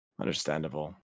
Understandable